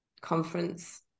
conference